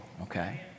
okay